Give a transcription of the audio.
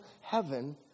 heaven